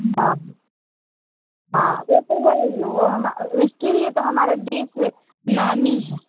हाँ हाँ वो तो वही है वो उसके लिए तो हमारा देश नामी है